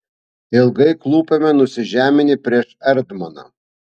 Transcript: ilgai klūpime nusižeminę prieš erdmaną